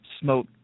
smoke